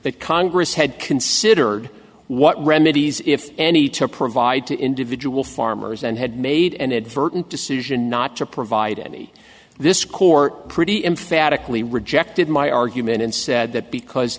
that congress had considered what remedies if any to provide to individual farmers and had made and adverting to seize and not to provide any this court pretty emphatically rejected my argument and said that because